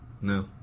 No